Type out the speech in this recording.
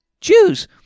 Jews